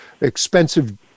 expensive